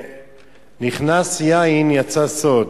כשנכנס יין, יצא סוד.